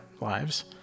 lives